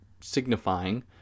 signifying